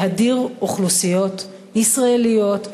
להדיר אוכלוסיות ישראליות,